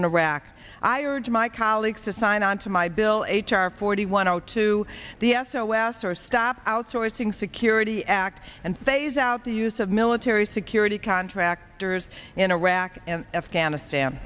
in iraq i urge my colleagues to sign on to my bill h r forty one now to the s o s or stop outsourcing security act and phase out the use of military security contractors in iraq and afghanistan